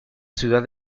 ciudad